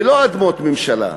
ולא אדמות ממשלה.